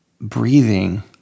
breathing